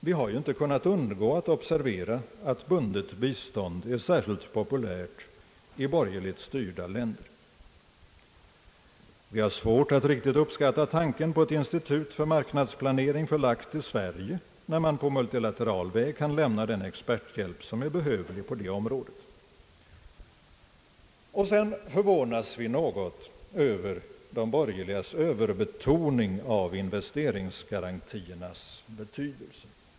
Vi har ju inte kunnat undgå att observera att bundet bistånd är särskilt populärt i borgerligt styrda länder. Vi har svårt att riktigt uppskatta tanken på ett institut för marknadsplanering förlagt till Sverige, när man på multilateral väg kan lämna den experthjälp som behövs i det avseendet. Och sedan förvånas vi något av de borgerligas överbetoning av investeringsgarantiernas betydelse.